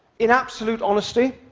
in absolute honesty,